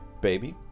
Baby